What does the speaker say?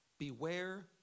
Beware